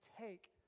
take